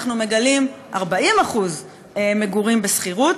אנחנו מגלים 40% מגורים בשכירות,